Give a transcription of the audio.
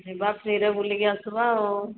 ଯିବା ଫ୍ରିରେ ବୁଲିକି ଆସିବା ଆଉ